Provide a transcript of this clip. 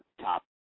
top